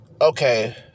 Okay